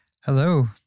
Hello